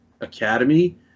academy